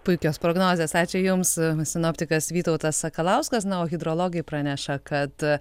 puikios prognozės ačiū jums sinoptikas vytautas sakalauskas na o hidrologai praneša kad